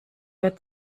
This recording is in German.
wir